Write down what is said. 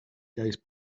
gaze